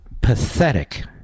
pathetic